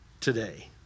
today